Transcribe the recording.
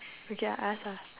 okay I ask ah